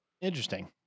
Interesting